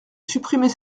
supprimer